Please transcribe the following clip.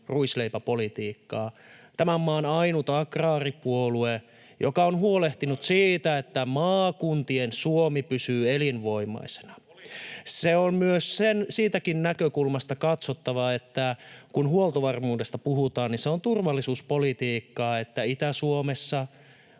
ruisleipäpolitiikkaa — tämän maan ainut agraaripuolue, [Juha Mäenpää: Älä nyt höpäjä!] joka on huolehtinut siitä, että maakuntien Suomi pysyy elinvoimaisena. Se on myös siitäkin näkökulmasta katsottava, kun huoltovarmuudesta puhutaan, että se on turvallisuuspolitiikkaa, että Itä-Suomessa,